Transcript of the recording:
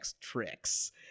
tricks